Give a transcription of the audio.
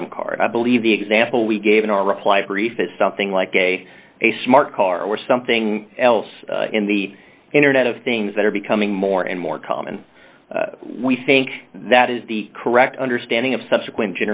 modem card i believe the example we gave in our reply brief is something like a a smart car or something else in the internet of things that are becoming more and more common we think that is the correct understanding of subsequent